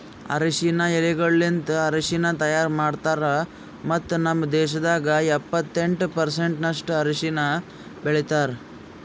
ಅರಶಿನ ಎಲಿಗೊಳಲಿಂತ್ ಅರಶಿನ ತೈಯಾರ್ ಮಾಡ್ತಾರ್ ಮತ್ತ ನಮ್ ದೇಶದಾಗ್ ಎಪ್ಪತ್ತೆಂಟು ಪರ್ಸೆಂಟಿನಷ್ಟು ಅರಶಿನ ಬೆಳಿತಾರ್